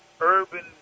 urban